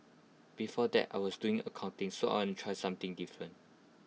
before that I was doing accounting so I want to try something different